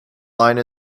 line